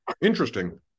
Interesting